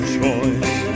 choice